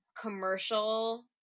commercial